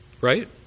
Right